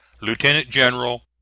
lieutenant-general